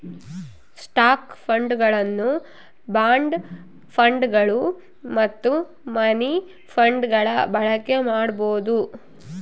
stock ಫಂಡ್ಗಳನ್ನು bond ಫಂಡ್ಗಳು ಮತ್ತು ಮನಿ ಫಂಡ್ಗಳ ಬಳಕೆ ಮಾಡಬೊದು